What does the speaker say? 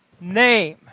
name